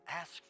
Ask